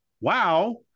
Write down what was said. wow